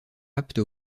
apte